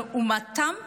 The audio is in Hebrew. לעומתם,